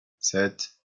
sept